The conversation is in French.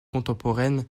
contemporaine